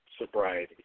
sobriety